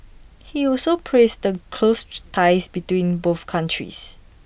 he also praised the close ties between both countries